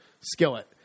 skillet